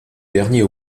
dernier